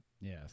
Yes